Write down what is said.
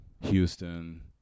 Houston